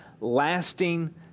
lasting